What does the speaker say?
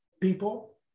people